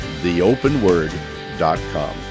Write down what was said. Theopenword.com